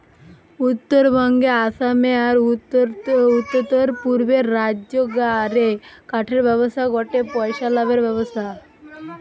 উত্তরবঙ্গে, আসামে, আর উততরপূর্বের রাজ্যগা রে কাঠের ব্যবসা গটে পইসা লাভের ব্যবসা